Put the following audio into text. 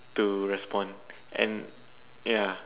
to respond and ya